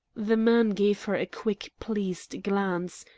the man gave her a quick, pleased glance,